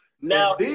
Now